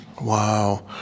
Wow